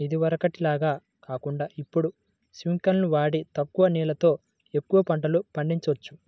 ఇదివరకటి లాగా కాకుండా ఇప్పుడు స్పింకర్లును వాడి తక్కువ నీళ్ళతో ఎక్కువ పంటలు పండిచొచ్చు